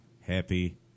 Happy